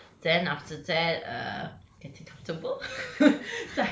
then after that err getting comfortable